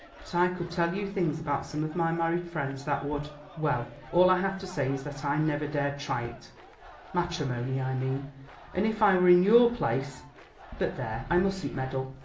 but i could tell you things about some of my married friends that would well, all i have to say is that i never dared try it matrimony, i mean and if i were in your place but there! i mustn't meddle.